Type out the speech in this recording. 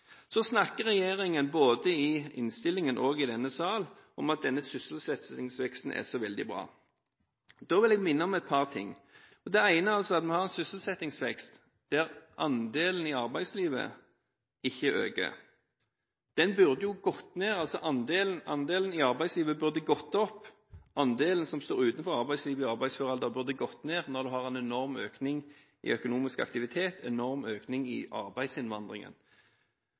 snakker både i innstillingen og i denne sal om at sysselsettingsveksten er så veldig bra. Da vil jeg minne om et par ting: Det ene er at vi har en sysselsettingsvekst der andelen personer i arbeidslivet ikke øker. Andelen av personer i arbeidslivet burde gått opp, og andelen personer i arbeidsfør alder som står utenfor arbeidslivet, burde gått ned når en har en enorm økning i økonomisk aktivitet og i arbeidsinnvandring. Det har vi ikke sett. Vi ser at vi fortsatt skyver veldig mange folk i